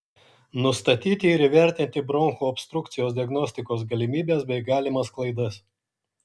nustatyti ir įvertinti bronchų obstrukcijos diagnostikos galimybes bei galimas klaidas